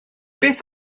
beth